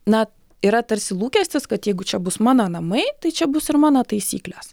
na yra tarsi lūkestis kad jeigu čia bus mano namai tai čia bus ir mano taisyklės